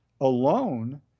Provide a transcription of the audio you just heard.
alone